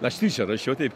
aš tyčia rašiau taip